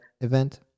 event